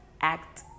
act